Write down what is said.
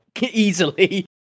Easily